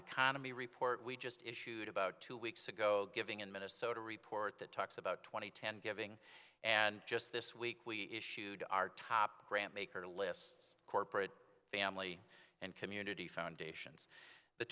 economy report we just issued about two weeks ago giving in minnesota report that talks about two thousand and ten giving and just this week we issued our top grant maker lists corporate family and community foundations the